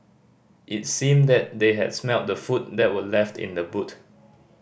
it seemed that they had smelt the food that were left in the boot